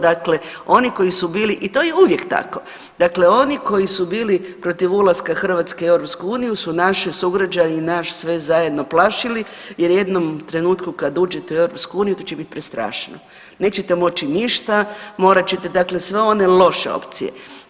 Dakle, oni koji su bili i to je uvijek tako, dakle oni koji su bili protiv ulaska Hrvatske u EU su naši sugrađani nas sve zajedno plašili, jer u jednom trenutku kad uđete u EU to će biti prestrašno – nećete moći ništa, morat ćete dakle sve one loše opcije.